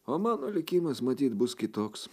o mano likimas matyt bus kitoks